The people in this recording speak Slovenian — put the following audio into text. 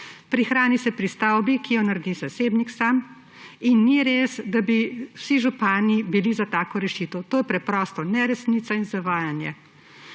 Prihrani se pri stavbi, ki jo naredi zasebnik sam, in ni res, da bi vsi župani bili za tako rešitev. To je preprosto neresnica in zavajanje.